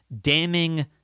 damning